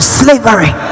slavery